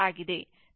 ನಿಮಗೆ tau 0